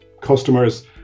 customers